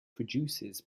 produces